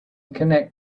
connect